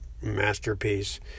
masterpiece